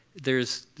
there's,